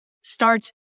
starts